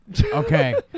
Okay